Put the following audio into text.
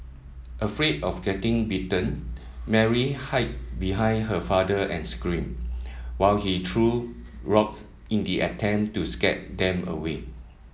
afraid of getting bitten Mary hide behind her father and screamed while he threw rocks in the attempt to scare them away